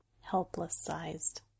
helpless-sized